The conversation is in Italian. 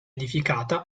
edificata